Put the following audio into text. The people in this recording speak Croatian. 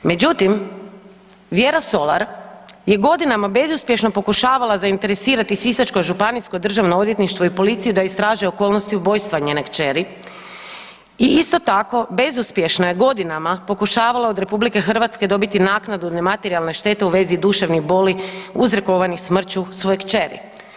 Međutim, Vjera Solar je godina bezuspješno pokušavala zainteresirati sisačko županijsko državno odvjetništvo i policiju da istraže okolnosti ubojstva njene kćeri i isto tako bezuspješno je godinama pokušavala od RH dobiti naknadu nematerijalne štete u vezi duševnih boli uzrokovanih smrću svoje kćeri.